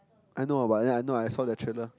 I know ah but then no I saw the trailer